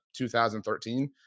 2013